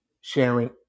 sharing